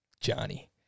Johnny